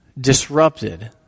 disrupted